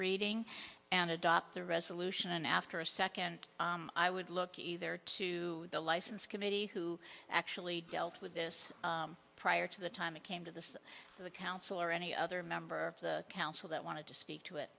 reading and adopt the resolution after a second i would look either to the license committee who actually dealt with this prior to the time it came to the council or any other member of the council that wanted to speak to it